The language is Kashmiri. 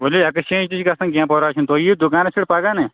ؤلِو ایکٕسچینٛج تہِ چھِ گژھان کینٛہہ پَرواے چھِنہٕ تُہۍ یِیِو دُکانَس پٮ۪ٹھ پَگاہ نہ